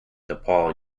depaul